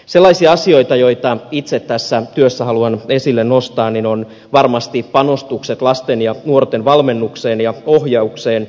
sellaisia asioita joita itse tässä työssä haluan esille nostaa ovat varmasti panostukset lasten ja nuorten valmennukseen ja ohjaukseen